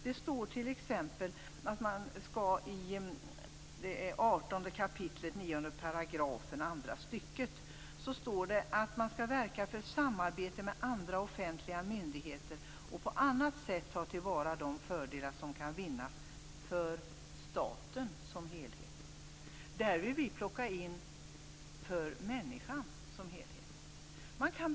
Det står t.ex. i 18 kap. 9 § andra stycket att man skall "verka för samarbete med andra offentliga myndigheter och på annat sätt ta till vara de fördelar som kan vinnas för staten som helhet". Där vill vi att det skall handla om människan.